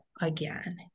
again